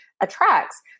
attracts